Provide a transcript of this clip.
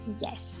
Yes